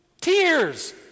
Tears